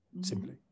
simply